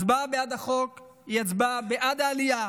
הצבעה בעד החוק היא הצבעה בעד העלייה,